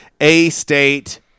A-State